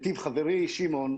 חברי שמעון,